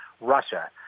Russia